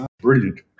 Brilliant